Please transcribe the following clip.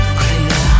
clear